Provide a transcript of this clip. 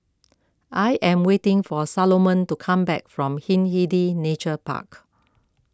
I am waiting for Salomon to come back from Hindhede Nature Park